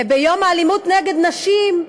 וביום האלימות נגד נשים,